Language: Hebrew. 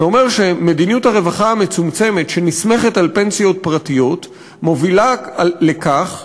שאומר שמדיניות הרווחה המצומצמת שנסמכת על פנסיות פרטיות מובילה לכך,